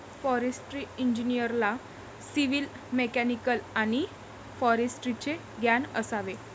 forestry इंजिनिअरला civil, mechanical आणि फॉरेस्ट्रीचे ज्ञान असावे